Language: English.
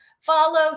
follow